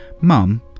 Mum